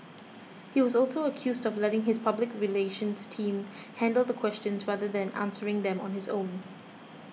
he was also accused of letting his public relations team handle the questions rather than answering them on his own